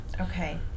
Okay